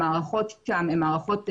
המערכות שם הן מערכות ישנות.